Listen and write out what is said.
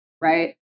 right